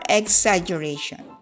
exaggeration